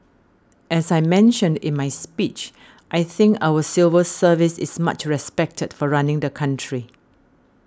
as I mentioned in my speech I think our civil service is much respected for running the country